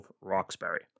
Roxbury